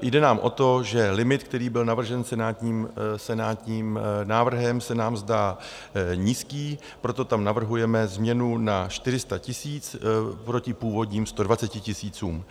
Jde nám o to, že limit, který byl navržen senátním návrhem, se nám zdá nízký, proto tam navrhujeme změnu na 400 tisíc proti původním 120 tisícům.